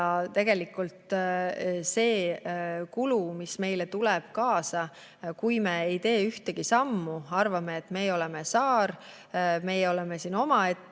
Ja tegelikult see kulu, mis meile tuleb kaasa, kui me ei tee ühtegi sammu, arvame, et meie oleme saar, meie oleme siin omaette